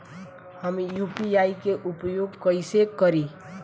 हम यू.पी.आई के उपयोग कइसे करी?